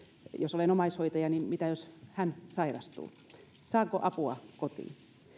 jos olen omaishoitaja ja ikääntynyt puolisoni sairastuu saanko apua kotiin